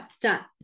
done